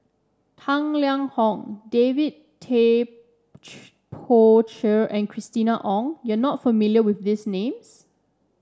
Tang Liang Hong David Tay Poey Cher and Christina Ong you are not familiar with these names